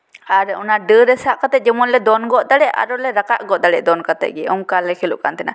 ᱟᱨ ᱚᱱᱟ ᱰᱟᱹᱨ ᱨᱮ ᱥᱟᱵ ᱠᱟᱛᱮ ᱡᱮᱢᱚᱱ ᱞᱮ ᱫᱚᱱ ᱜᱚᱫ ᱫᱟᱲᱮᱜ ᱟᱨᱚᱞᱮ ᱨᱟᱠᱟᱵ ᱜᱚᱫ ᱫᱟᱲᱮᱜ ᱫᱚᱱ ᱠᱟᱛᱮᱫ ᱜᱮ ᱚᱱᱠᱟ ᱞᱮ ᱠᱷᱮᱞᱳᱜ ᱠᱟᱱ ᱛᱟᱦᱮᱱᱟ